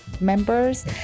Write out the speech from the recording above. members